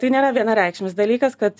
tai nėra vienareikšmis dalykas kad